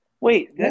Wait